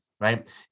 right